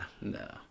No